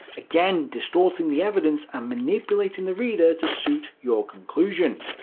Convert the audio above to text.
again, distorting the evidence and manipulating the reader to suit your conclusion.